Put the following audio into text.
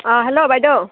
অঁ হেল্ল' বাইদেউ